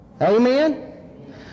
Amen